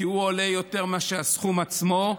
כי הוא עולה יותר מאשר הסכום עצמו,